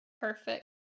Perfect